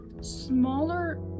smaller